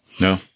No